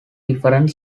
different